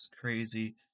crazy